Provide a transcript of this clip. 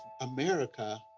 America